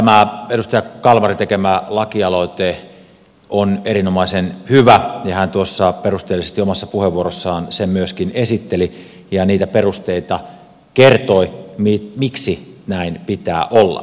tämä edustaja kalmarin tekemä lakialoite on erinomaisen hyvä ja hän tuossa perusteellisesti omassa puheenvuorossaan sen myöskin esitteli ja niitä perusteita kertoi miksi näin pitää olla